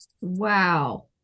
Wow